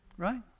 Right